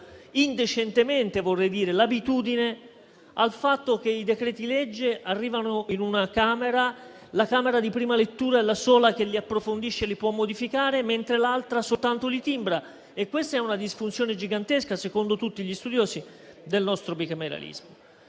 indecentemente - l'abitudine al fatto che i decreti-legge arrivano in una Camera, che la Camera di prima lettura è la sola che li approfondisce e li può modificare, mentre l'altra li timbra soltanto. Questa è una disfunzione gigantesca, secondo tutti gli studiosi del nostro bicameralismo.